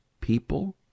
people